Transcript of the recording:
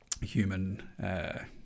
human